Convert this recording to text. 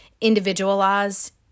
individualized